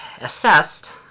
assessed